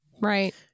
Right